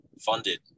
funded